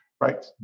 right